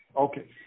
Okay